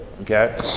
Okay